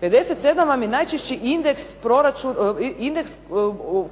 57 vam je najčešći indeks